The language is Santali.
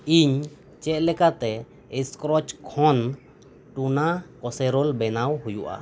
ᱤᱧ ᱪᱮᱫ ᱞᱮᱠᱟᱛᱮ ᱮᱥᱠᱨᱚᱪ ᱠᱷᱚᱱ ᱴᱩᱱᱟ ᱠᱚᱥᱮᱨᱚᱞ ᱵᱮᱱᱟᱣ ᱦᱩᱭᱩᱜᱼᱟ